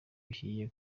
bihiye